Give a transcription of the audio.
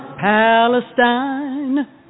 Palestine